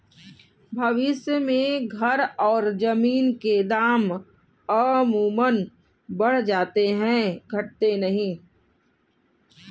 भविष्य में घर और जमीन के दाम अमूमन बढ़ जाते हैं घटते नहीं